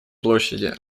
площади